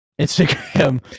Instagram